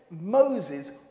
Moses